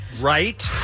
Right